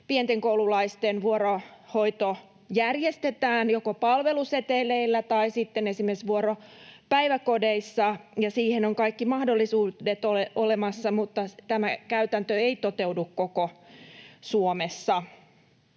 pienten koululaisten vuorohoito järjestetään joko palveluseteleillä tai sitten esimerkiksi vuoropäiväkodeissa ja siihen on kaikki mahdollisuudet olemassa, mutta tämä käytäntö ei toteudu koko Suomessa.